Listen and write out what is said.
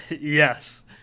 Yes